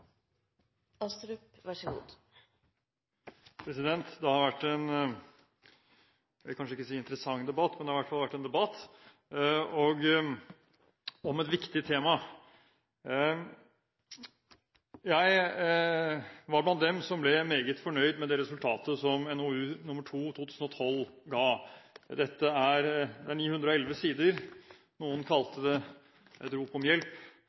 Det har vært – jeg vil kanskje ikke si en interessant debatt, men det har i hvert fall vært en debatt om et viktig tema. Jeg var blant dem som ble meget fornøyd med det resultatet som NOU 2012: 2 ga. Dette er 911 sider, noen kalte det et rop om hjelp,